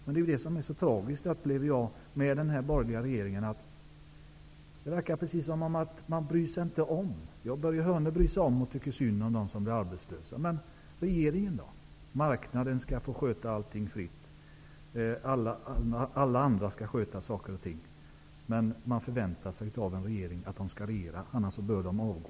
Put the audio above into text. Vad jag upplever som så tragiskt med den borgerliga regeringen är att det verkar precis som om den inte bryr sig om människorna. Jo, Börje Hörnlund bryr sig om och tycker synd om dem som blir arbetslösa. Men regeringen i övrigt då? Marknaden får sköta allting fritt. Alla andra skall sköta saker och ting. Men man förväntar sig av en regering att den skall regera, annars bör den avgå.